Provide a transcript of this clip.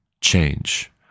change